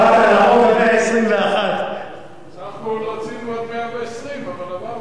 באת לחוק 121. בסך הכול רצינו עד 120, אבל עברנו.